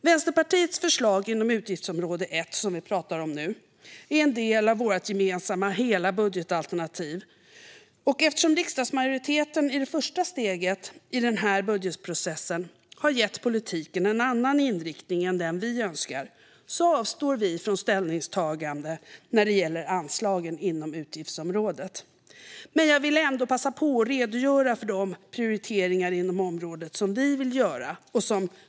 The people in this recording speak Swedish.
Vänsterpartiets förslag inom utgiftsområde 1, som vi pratar om nu, är en del av vårt gemensamma hela budgetalternativ. Eftersom riksdagsmajoriteten i det första steget i budgetprocessen har gett politiken en annan inriktning än den vi önskar avstår vi från ställningstagande när det gäller anslagen inom utgiftsområdet. Jag vill dock ändå passa på att redogöra för de prioriteringar inom området som vi vill göra.